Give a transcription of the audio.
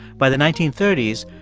by the nineteen thirty s,